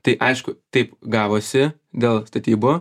tai aišku taip gavosi dėl statybų